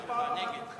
ההסתייגות של